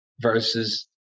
versus